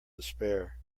despair